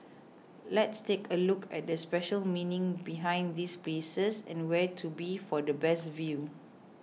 let's take a look at the special meaning behind these places and where to be for the best view